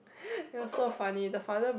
it was so funny the father